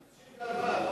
94,